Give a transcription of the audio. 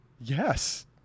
Yes